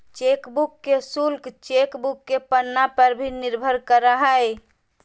chequebook के शुल्क chequebook के पन्ना पर भी निर्भर करा हइ